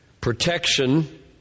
Protection